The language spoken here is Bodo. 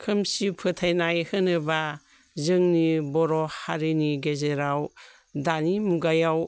खोमसि फोथायनाय होनोब्ला जोंनि बर'हारिनि गेजेराव दानि मुगायाव